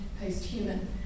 post-human